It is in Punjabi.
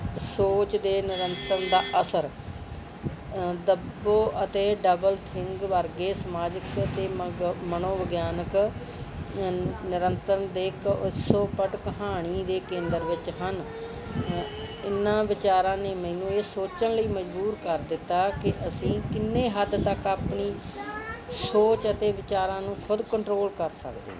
ਸੋਚ ਦੇ ਨਿਰੰਤਰਨ ਦਾ ਅਸਰ ਦੱਬੋ ਅਤੇ ਡਬਲਥਿੰਗ ਵਰਗੇ ਸਮਾਜਿਕ ਅਤੇ ਮਗੋ ਮਨੋਵਿਗਿਆਨਕ ਨਿਰੰਤਰਨ ਦੇ ਇੱਕ ਕਹਾਣੀ ਦੇ ਕੇਂਦਰ ਵਿੱਚ ਹਨ ਇਹਨਾਂ ਵਿਚਾਰਾਂ ਨੇ ਮੈਨੂੰ ਇਹ ਸੋਚਣ ਲਈ ਮਜਬੂਰ ਕਰ ਦਿੱਤਾ ਕਿ ਅਸੀਂ ਕਿੰਨੇ ਹੱਦ ਤੱਕ ਆਪਣੀ ਸੋਚ ਅਤੇ ਵਿਚਾਰਾਂ ਨੂੰ ਖੁਦ ਕੰਟਰੋਲ ਕਰ ਸਕਦੇ ਹਾਂ